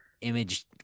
image